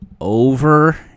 over